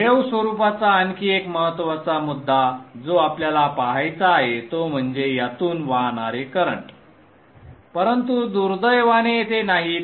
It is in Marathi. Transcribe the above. वेव स्वरूपाचा आणखी एक महत्त्वाचा मुद्दा जो आपल्याला पहायचा आहे तो म्हणजे यातून वाहणारे करंट परंतु दुर्दैवाने येथे नाहीत